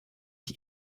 ich